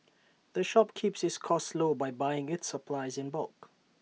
the shop keeps its costs low by buying its supplies in bulk